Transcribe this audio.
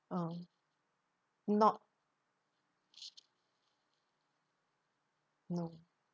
um not no